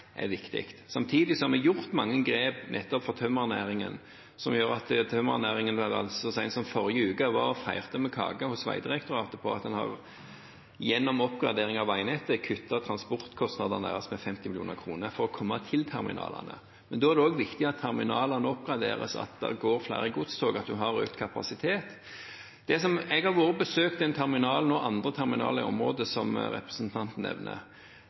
er viktig. Samtidig har vi tatt mange grep nettopp for tømmernæringen, som gjør at tømmernæringen så sent som i forrige uke var og feiret med kake hos Vegdirektoratet fordi en gjennom oppgradering av veinettet har kuttet transportkostnadene deres for å komme til terminalene, med 50 mill. kr. Men da er det også viktig at terminalene oppgraderes, at det går flere godstog, at en har økt kapasitet. Jeg har vært og besøkt den terminalen – og andre terminaler i området – som representanten nevner.